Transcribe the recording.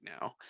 now